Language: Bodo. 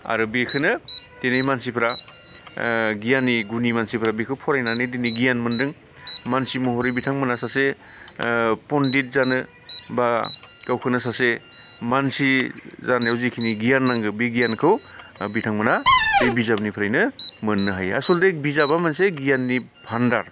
आरो बेखोनो दिनै मानसिफोरा गियानि गुनि मानसिफोरा बेखौ फरायनानै दिनै गियान मोनदों मानसि महरै बिथांमोना सासे पण्डित जानो बा गावखौनो सासे मानसि जानायाव जिखिनि गियान नांगौ बे गियानखौ बिथांमोना बे बिजाबनिफ्रायनो मोननो हायो आसलते बिजाबा मोनसे गियाननि भाण्डार